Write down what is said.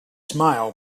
smile